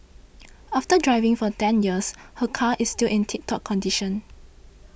after driving for ten years her car is still in tip top condition